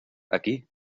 aquí